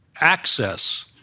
access